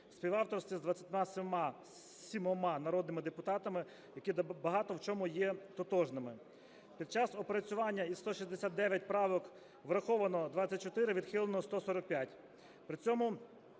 співавторстві з 27 народними депутатами, які багато в чому є тотожними. Під час опрацювання із 169 правок враховано 24, відхилено 145.